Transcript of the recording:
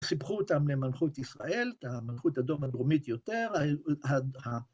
‫סיפחו אותם למלכות ישראל, ‫למלכות הדרומית יותר,